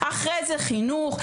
אחרי זה נדון על חינוך,